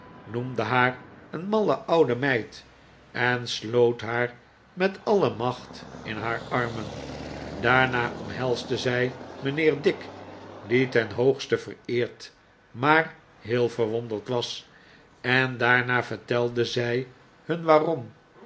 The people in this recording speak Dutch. noemde haar een malle oude meid en sloot haar met alle macht in haar armen daarna omhelsde zij mijnheer dick die ten hoogste vereerd maar heel verwonderd was en daarna vertelde zij hun waarom